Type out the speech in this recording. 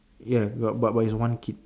ya got but but it's one kid